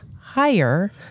higher